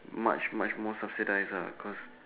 much much more subsidised lah cause